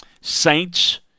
Saints